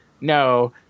no